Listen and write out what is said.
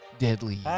Deadly